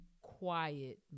quiet